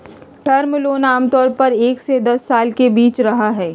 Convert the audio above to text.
term loan आमतौर पर एक से दस साल के बीच रहय हइ